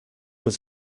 was